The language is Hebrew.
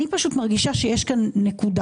אני פשוט מרגישה שיש כאן נקודה.